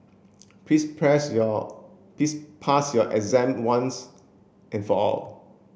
please press your please pass your exam once and for all